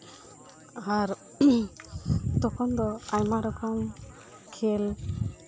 ᱟᱨ ᱛᱚᱠᱷᱚᱱ ᱫᱚ ᱟᱭᱢᱟ ᱨᱚᱠᱚᱢ ᱠᱷᱮᱞ